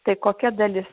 tai kokia dalis